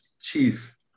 chief